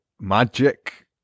magic